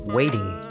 waiting